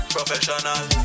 Professional